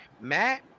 Matt